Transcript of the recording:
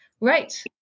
Right